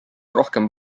rohkem